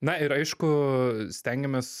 na ir aišku stengiamės